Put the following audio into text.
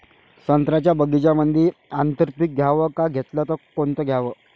संत्र्याच्या बगीच्यामंदी आंतर पीक घ्याव का घेतलं च कोनचं घ्याव?